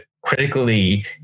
critically